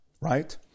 right